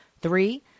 Three